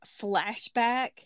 flashback